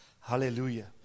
Hallelujah